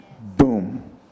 Boom